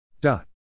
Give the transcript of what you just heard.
dot